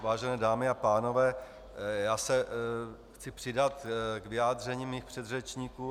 Vážené dámy a pánové, já se chci přidat k vyjádření svých předřečníků.